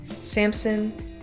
samson